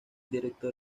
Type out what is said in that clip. director